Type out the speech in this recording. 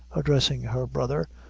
addressing her brother,